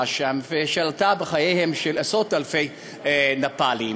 שם ושעלתה בחייהם של עשרות-אלפי נפאלים,